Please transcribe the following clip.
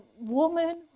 woman